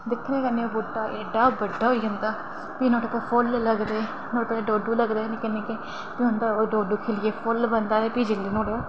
दिक्खने आं कन्नै बूह्टा एड्डा बड्डा होई जंदा ते भी नुहाड़े पर फुल्ल लगदे ते डोडू लगदे निक्के निक्के ते ओह् डोडू खिल्लियै फुल्ल बनदा ते भी नुहाड़े